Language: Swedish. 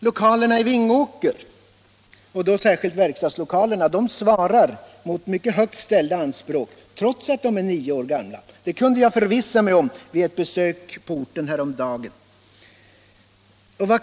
Lokalerna i Vingåker, och då särskilt verkstadslokalerna, svarar mot mycket högt ställda anspråk trots att de är nio år gamla. Det kunde jag förvissa mig om vid ett besök på orten häromdagen.